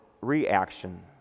reaction